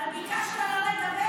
אבל ביקשת לא לדבר על זה.